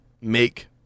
make